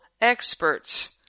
experts